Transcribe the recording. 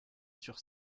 sur